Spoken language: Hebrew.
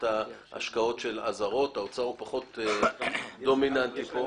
האוצר פחות דומיננטי פה.